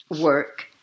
work